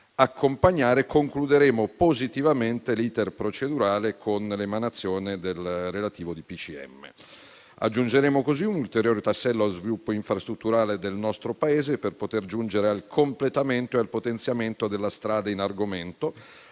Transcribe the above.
accompagnare - concluderemo positivamente l'*iter* procedurale con l'emanazione del relativo DPCM. Aggiungeremo così un ulteriore tassello allo sviluppo infrastrutturale del nostro Paese per poter giungere al completamento e al potenziamento della strada in argomento,